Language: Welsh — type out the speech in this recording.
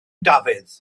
dafydd